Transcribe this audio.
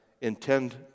intend